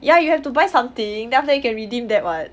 ya you have to buy something then after that you can redeem that [what]